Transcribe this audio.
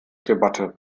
debatte